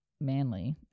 manly